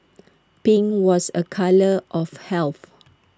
pink was A colour of helpful